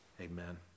Amen